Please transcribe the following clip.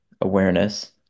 awareness